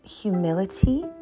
humility